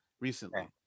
recently